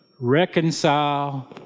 reconcile